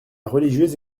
religieuse